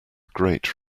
great